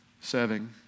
serving